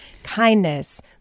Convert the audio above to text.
kindness